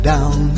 Down